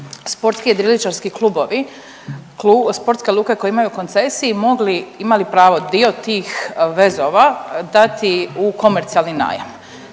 sportski jedriličarski klubovi, sportske luke koje imaju koncesiju mogli imali pravo dio tih vezova dati u komercijalni najam.